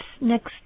next